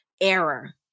error